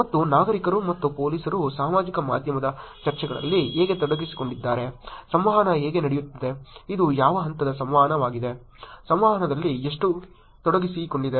ಮತ್ತು ನಾಗರಿಕರು ಮತ್ತು ಪೊಲೀಸರು ಸಾಮಾಜಿಕ ಮಾಧ್ಯಮ ಚರ್ಚೆಗಳಲ್ಲಿ ಹೇಗೆ ತೊಡಗಿಸಿಕೊಂಡಿದ್ದಾರೆ ಸಂವಹನ ಹೇಗೆ ನಡೆಯುತ್ತದೆ ಇದು ಯಾವ ಹಂತದ ಸಂವಹನ ವಾಗಿದೆ ಸಂವಾದದಲ್ಲಿ ಎಷ್ಟು ತೊಡಗಿಸಿಕೊಂಡಿದೆ